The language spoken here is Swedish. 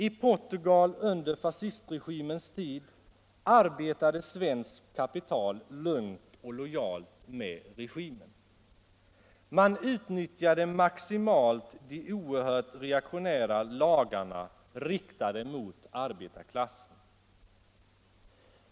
I Portugal under fascistregimens tid arbetade svenskt kapital lugnt och lojalt med regimen. Man utnyttjade maximalt de oerhört reaktionära lagarna riktade mot arbetarklassen.